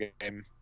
game